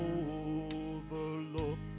overlooks